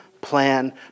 plan